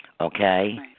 okay